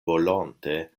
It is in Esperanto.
volonte